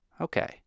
Okay